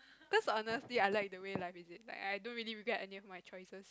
cause honestly I like the way life is it but I don't really regret any of my choices